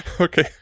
Okay